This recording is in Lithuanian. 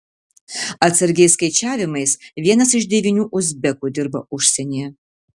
atsargiais skaičiavimas vienas iš devynių uzbekų dirba užsienyje